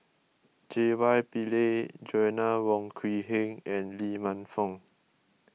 J Y Pillay Joanna Wong Quee Heng and Lee Man Fong